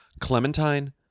Clementine